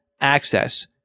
Access